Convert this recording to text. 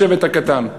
השבט הקטן.